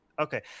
Okay